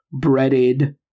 breaded